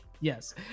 Yes